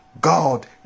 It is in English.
God